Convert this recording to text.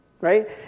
Right